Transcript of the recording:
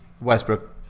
Westbrook